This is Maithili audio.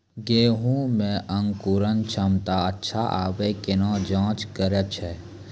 गेहूँ मे अंकुरन क्षमता अच्छा आबे केना जाँच करैय छै?